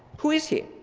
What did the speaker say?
who is he?